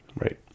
Right